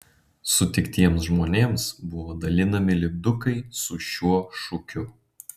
sutiktiems žmonėms buvo dalinami lipdukai su šiuo šūkiu